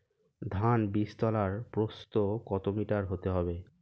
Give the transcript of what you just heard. ধান বীজতলার প্রস্থ কত মিটার হতে হবে?